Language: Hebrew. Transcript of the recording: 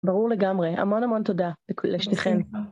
ברור לגמרי, המון המון תודה לשתיכם.